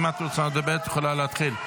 אם את רוצה לדבר, את יכולה להתחיל.